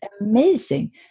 amazing